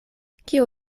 kio